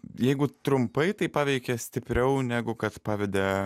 jeigu trumpai tai paveikė stipriau negu kad pavedė